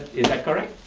that correct?